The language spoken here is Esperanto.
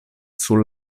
sur